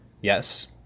yes